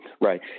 right